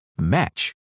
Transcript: match